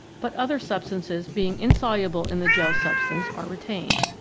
but other substances being insoluble in the gel substance are retained.